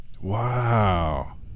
wow